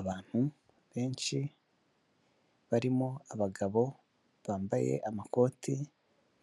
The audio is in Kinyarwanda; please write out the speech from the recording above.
Abantu benshi barimo abagabo bambaye amakoti